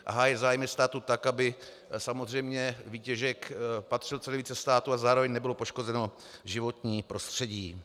A hájit zájmy státu tak, aby samozřejmě výtěžek patřil co nejvíce státu a zároveň nebylo poškozeno životní prostředí.